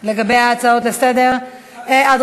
על ההצעות לסדר-היום.